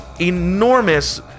enormous